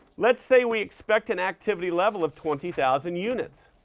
let's say we expect an activity level of twenty thousand units.